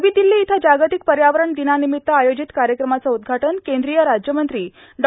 नवी दिल्ली इथं जागतिक पर्यावरण दिनानिमित्त आयोजित कार्यक्रमाचं उदुषाटन केंद्रीय राज्यमंत्री डॉ